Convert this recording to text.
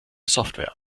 software